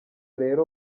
rero